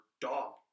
dog